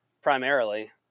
primarily